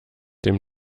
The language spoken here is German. dem